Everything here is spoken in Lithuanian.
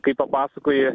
kai papasakoji